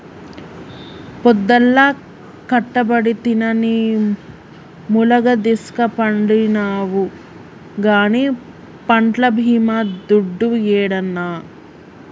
పొద్దల్లా కట్టబడితినని ములగదీస్కపండినావు గానీ పంట్ల బీమా దుడ్డు యేడన్నా